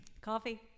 Coffee